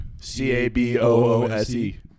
C-A-B-O-O-S-E